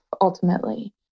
ultimately